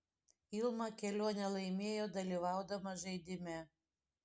ilma kelionę laimėjo dalyvaudama žaidime